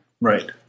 Right